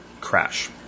crash